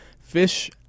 Fish